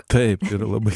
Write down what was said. taip labai